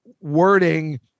wording